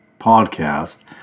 podcast